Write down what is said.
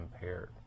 impaired